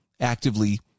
actively